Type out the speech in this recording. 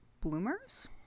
bloomers